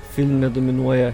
filme dominuoja